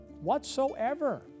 whatsoever